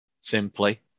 simply